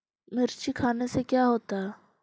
मिर्ची खाने से का होता है?